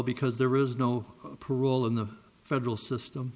because there is no parole in the federal system